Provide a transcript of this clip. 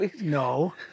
No